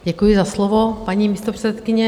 Děkuji za slovo, paní místopředsedkyně.